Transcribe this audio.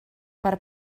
per